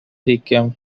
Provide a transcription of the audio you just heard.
became